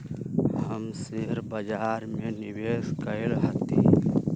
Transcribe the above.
हम शेयर बाजार में निवेश कएले हती